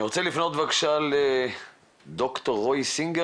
אני רוצה לפנות בבקשה לד"ר רועי סינגר